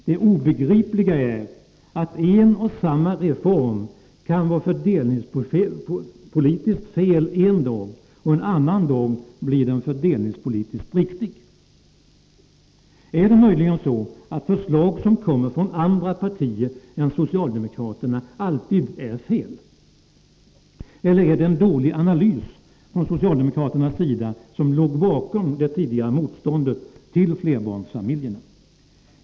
Det obegripliga är att en och samma reform kan vara fördelningspolitiskt fel en dag och en annan dag bli fördelningspolitiskt riktig. Är det möjligen så att förslag som kommer från andra partier än socialdemokraterna alltid är fel? Eller är det en dålig analys från socialdemokraternas sida som legat bakom det tidigare motståndet mot flerbarnsfamiljerna?